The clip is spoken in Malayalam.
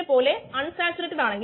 ഇപ്പോൾ നമുക്ക് അതിലേക്കു കടക്കണ്ട